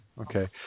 okay